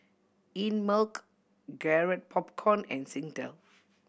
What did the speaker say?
Einmilk Garrett Popcorn and Singtel